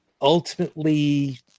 ultimately